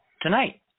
tonight